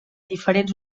diferents